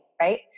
right